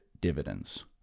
dividends